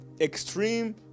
extreme